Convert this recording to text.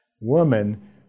woman